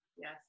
Yes